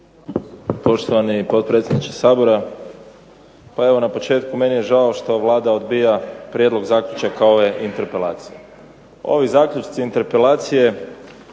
Poštovani potpredsjedniče Sabora. Pa evo na početku meni je žao što Vlada odbija prijedlog zaključaka ove interpelacije. Ovi zaključci interpelacije